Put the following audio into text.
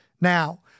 now